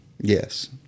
Yes